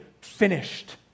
finished